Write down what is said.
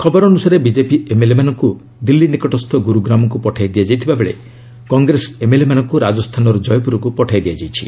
ଖବର ଅନ୍ତସାରେ ବିଜେପି ଏମ୍ଏଲ୍ଏମାନଙ୍କୁ ଦିଲ୍ଲୀ ନିକଟସ୍ଥ ଗୁରୁଗ୍ରାମକୁ ପଠାଇ ଦିଆଯାଇଥାବଳେ କଂଗ୍ରେସ ଏମ୍ଏଲ୍ଏମାନଙ୍କୁ ରାଜସ୍ଥାନର କ୍ଷୟପୁରକୁ ପଠାଇ ଦିଆଯାଇଛି